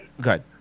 Good